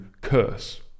curse